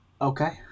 Okay